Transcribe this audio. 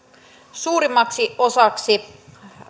suurimmaksi osaksi